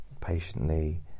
patiently